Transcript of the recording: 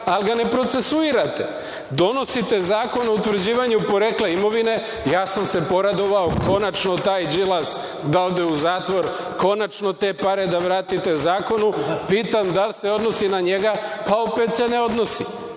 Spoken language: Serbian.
ali ga ne procesuirate. Donosite Zakon o utvrđivanju porekla imovine. Ja sam se poradovao, konačno taj Đilas da ode u zatvor, konačno te pare da vratite zakonu, pitam – da li se odnosi na njega, pa opet se ne odnosi.